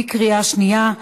בקריאה שנייה.